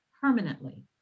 permanently